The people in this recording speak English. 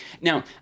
now